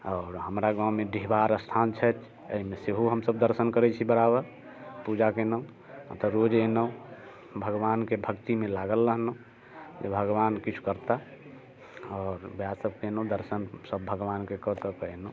आओर हमरा गाँवमे डिहबार स्थान छथि अइमे सेहो हमसभ दर्शन करै छी बराबर पूजा केनौ हम तऽ रोज एनौ भगवानके भक्तिमे लागल रहनौ जे भगवान किछु करता आओर वएह सभ केनौ दर्शन सभ भगवानके कऽके एनौ